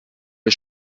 ihr